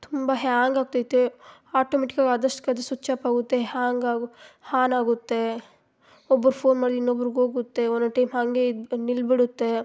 ತುಂಬ ಹ್ಯಾಂಗ್ ಆಗ್ತೈತೆ ಆಟೋಮೆಟಿಕಾಗಿ ಅದಷ್ಟಕ್ಕದೇ ಸುಚ್ ಆಪ್ ಆಗುತ್ತೆ ಹ್ಯಾಂಗ್ ಹಾಗು ಹಾನ್ ಆಗುತ್ತೆ ಒಬ್ರು ಫೋನ್ ಮಾಡಿದ್ದು ಇನ್ನೊಬ್ರಿಗೋಗುತ್ತೆ ಒನ್ನೊನ್ ಟೈಮ್ ಹಾಂಗೆ ಇದು ನಿಲ್ಬಿಡುತ್ತೆ